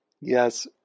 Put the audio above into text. Yes